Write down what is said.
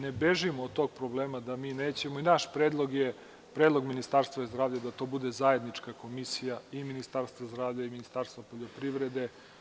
Ne bežimo od tog problema i naš predlog je, tj. predlog Ministarstva zdravlja je da to bude zajednička komisija i Ministarstvo zdravlja i Ministarstvo poljoprivrede.